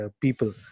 people